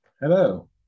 Hello